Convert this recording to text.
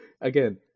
again